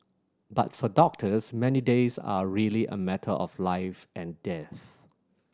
but for doctors many days are really a matter of life and death